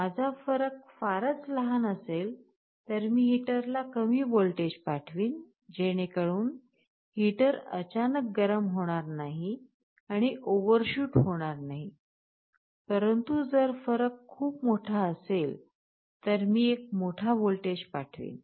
माझा फरक फारच लहान असेल तर मी हीटरला कमी व्होल्टेज पाठविन जेणेकरून हीटर अचानक गरम होणार नाही आणि ओव्हरशूट होणार नाही परंतु जर फरक खूप मोठा असेल तर मी एक मोठा व्होल्टेज पाठविन